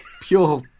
pure